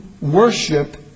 worship